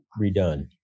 redone